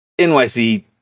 NYC